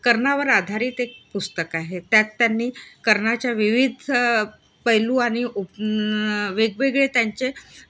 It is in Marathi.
कर्णावर आधारित एक पुस्तक आहे त्यात त्यांनी कर्णाच्या विविध पैलू आणि उप वेगवेगळे त्यांचे